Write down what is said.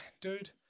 dude